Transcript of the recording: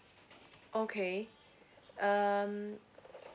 okay um